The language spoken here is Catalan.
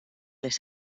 les